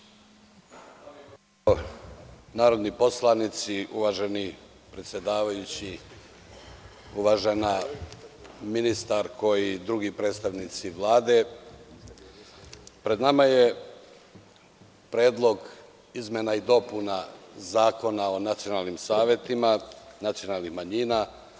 Dame i gospodo narodni poslanici, uvaženi predsedavajući, uvažena ministarko i drugi predstavnici Vlade, pred nama je Predlog izmena i dopuna Zakona o nacionalnim savetima nacionalnih manjina.